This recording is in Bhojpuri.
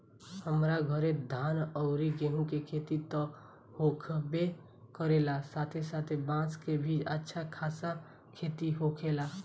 हमरा घरे धान अउरी गेंहू के खेती त होखबे करेला साथे साथे बांस के भी अच्छा खासा खेती होखेला